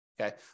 Okay